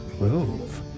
move